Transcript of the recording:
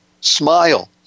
smile